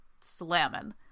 slamming